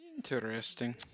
Interesting